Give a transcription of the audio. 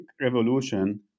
revolution